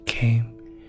came